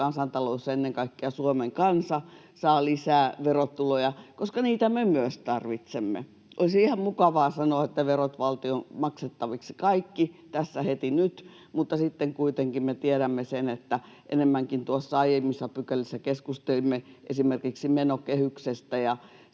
kansantalous ja ennen kaikkea Suomen kansa saavat lisää verotuloja, koska niitä me myös tarvitsemme. Olisi ihan mukavaa sanoa, että verot valtion maksettaviksi, kaikki, tässä, heti, nyt, mutta sitten kuitenkin me tiedämme sen — kuten noissa aiemmissa pykälissä enemmänkin keskustelimme esimerkiksi menokehyksestä ja